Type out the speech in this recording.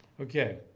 Okay